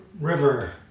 river